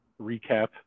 recap